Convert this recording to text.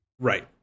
Right